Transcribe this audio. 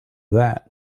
that